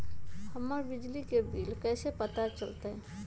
हमर बिजली के बिल कैसे पता चलतै?